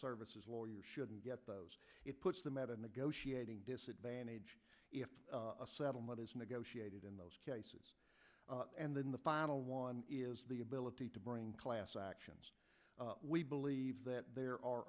services lawyer shouldn't get those it puts them at a negotiating disadvantage if a settlement is negotiated in those cases and then the final one is the ability to bring class actions we believe that there are